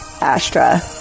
Astra